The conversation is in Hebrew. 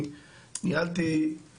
לכן אנחנו עובדים עם כל מחוזות המשטרה,